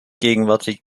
gegenwärtig